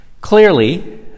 Clearly